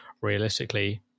realistically